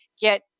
get